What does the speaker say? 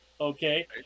okay